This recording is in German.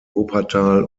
wuppertal